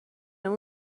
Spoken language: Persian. اون